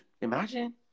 Imagine